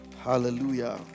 Hallelujah